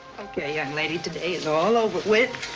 okay, young lady. today's all over with.